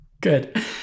good